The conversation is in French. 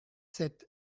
sept